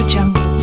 Jungle